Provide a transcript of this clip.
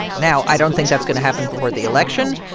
now, i don't think that's going to happen before the election.